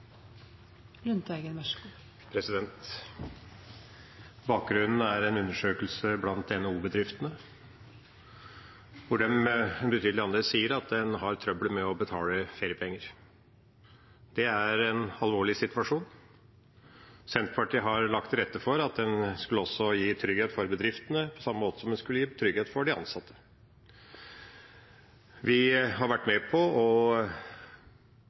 Bakgrunnen er en undersøkelse blant NHO-bedriftene, der en betydelig andel sier at de har trøbbel med å betale feriepenger. Det er en alvorlig situasjon. Senterpartiet har lagt til rette for at en skulle gi trygghet for bedriftene på samme måte som en skulle gi trygghet for de ansatte. Vi har vært med på